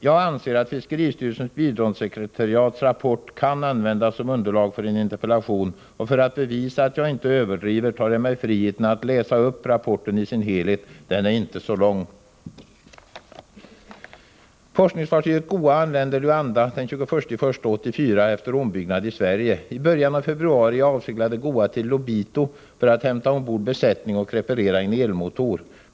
Jag anser att fiskeristyrelsens biståndssekretariats rapport kan användas som underlag för en interpellation, och för att bevisa att jag inte överdriver tar jag mig friheten att läsa upp rapporten i dess helhet. Den är inte så lång. ”Forskningsfartyget GOA anlände Luanda 1984-01-21 efter ombyggnad i Sverige. I början av februari avseglade GOA till Lobito för att hämta ombord besättning och reparera en elmotor.